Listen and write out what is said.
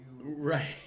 Right